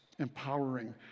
empowering